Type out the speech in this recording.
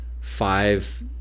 five